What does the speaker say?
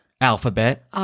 alphabet